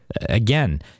Again